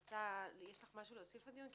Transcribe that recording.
יש לך משהו להוסיף לדיון?